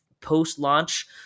post-launch